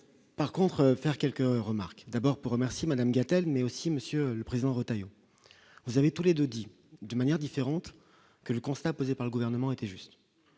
par contre faire quelques remarques : d'abord pour remercier Madame Gatel mais aussi Monsieur le Président, Retailleau, vous avez tous les 2 dit de manière différente que le constat posé par le gouvernement était juste,